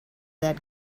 that